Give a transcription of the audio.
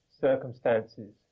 circumstances